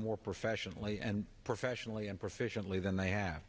more professionally and professionally and proficiently than they have